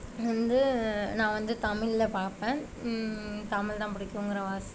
வந்து நான் வந்து தமிழ்ல பார்ப்பேன் தமிழ் தான் பிடிக்குங்குற வாசி